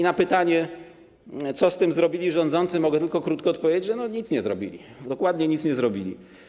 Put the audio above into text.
Na pytanie, co z tym zrobili rządzący, mogę tylko krótko odpowiedzieć: nic nie zrobili, dokładnie nic nie zrobili.